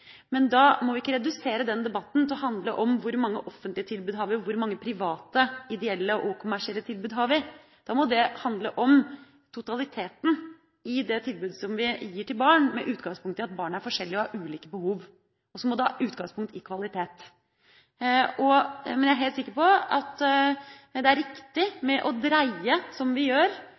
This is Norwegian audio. Men da må vi ikke redusere den debatten til å handle om hvor mange offentlige tilbud vi har, og om hvor mange private, ideelle og kommersielle tilbud vi har. Da må det handle om totaliteten i det tilbudet som vi gir til barn, med utgangspunkt i at barn er forskjellige og har ulike behov. Og så må det ha utgangspunkt i kvalitet. Men jeg er helt sikker på at det er riktig å dreie som vi gjør,